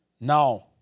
Now